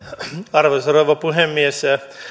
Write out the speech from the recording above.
arvoisa rouva puhemies